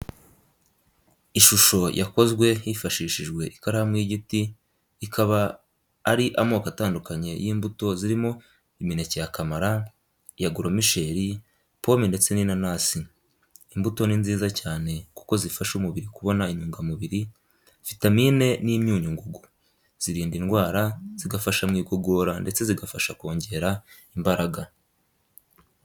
Ishusho yakozwe hifashishijwe ikaramu y'igiti ikaba ari amoko atandukanye y'imbuto zirimo imineke ya kamara, iya goromisheri, pome ndetse n'inanasi. Imbuto ni nziza cyane kuko zifasha umubiri kubona intungamubiri, vitamine n'imyunyungugu. Zirinda indwara, zigafasha mu igogora ndetse zigafasha kongera imbaraga.